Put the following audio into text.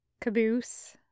Caboose